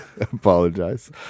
apologize